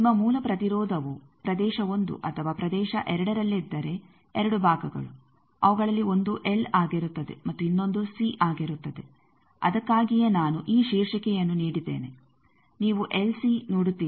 ನಿಮ್ಮ ಮೂಲ ಪ್ರತಿರೋಧವು ಪ್ರದೇಶ 1 ಅಥವಾ ಪ್ರದೇಶ 2ರಲ್ಲಿದ್ದರೆ 2 ಭಾಗಗಳು ಅವುಗಳಲ್ಲಿ 1 ಎಲ್ ಆಗಿರುತ್ತದೆ ಮತ್ತು ಇನ್ನೊಂದು ಸಿ ಆಗಿರುತ್ತದೆ ಅದಕ್ಕಾಗಿಯೇ ನಾನು ಈ ಶೀರ್ಷಿಕೆಯನ್ನು ನೀಡಿದ್ದೇನೆ ನೀವು ಎಲ್ಸಿ ನೋಡುತ್ತೀರಿ